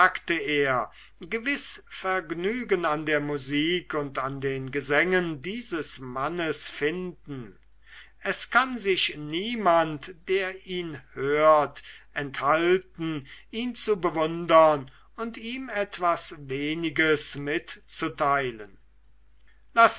er gewiß vergnügen an der musik und an den gesängen dieses mannes finden es kann sich niemand der ihn hört enthalten ihn zu bewundern und ihm etwas weniges mitzuteilen